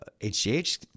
HGH